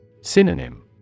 Synonym